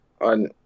on